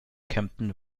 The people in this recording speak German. kempten